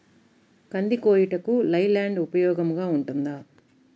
కంది కోయుటకు లై ల్యాండ్ ఉపయోగముగా ఉంటుందా?